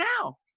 now